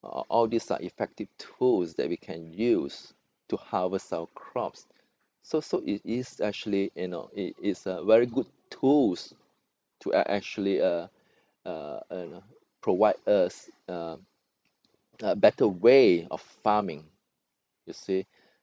all all these are effective tools that we can use to harvest our crops so so it is actually you know it is a very good tools to actually uh uh you know provide us uh a better way of farming you see